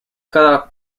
cada